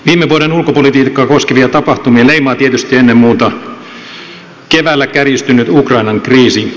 viime vuoden ulkopolitiikkaa koskevia tapahtumia leimaa tietysti ennen muuta keväällä kärjistynyt ukrainan kriisi